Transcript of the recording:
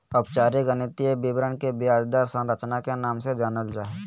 औपचारिक गणितीय विवरण के ब्याज दर संरचना के नाम से जानल जा हय